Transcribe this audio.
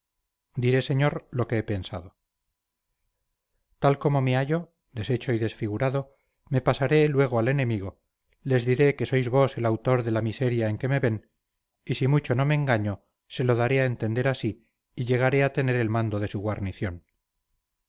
diré señor lo que he pensado tal como me hallo deshecho y desfigurado me pasará luego al enemigo les diré que sois vos el autor de la miseria en que me ven y si mucho no me engaño se lo daré a entender así y llegaré a tener el mando de su guarnición